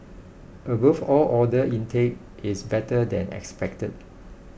above all order intake is better than expected